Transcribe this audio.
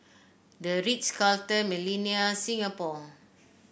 The Ritz Carlton Millenia Singapore